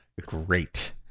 great